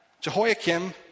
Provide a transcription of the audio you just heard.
Jehoiakim